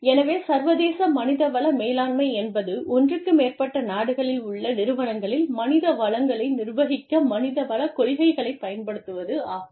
எனவே சர்வதேச மனித வள மேலாண்மை என்பது ஒன்றுக்கு மேற்பட்ட நாடுகளில் உள்ள நிறுவனங்களில் மனித வளங்களை நிர்வகிக்க மனித வளக் கொள்கைகளைப் பயன்படுத்துவதாகும்